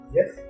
Yes